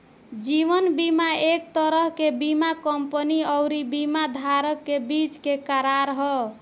जीवन बीमा एक तरह के बीमा कंपनी अउरी बीमा धारक के बीच के करार ह